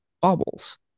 bubbles